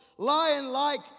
Lion-like